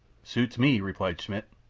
suits me, replied schmidt.